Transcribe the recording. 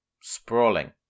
sprawling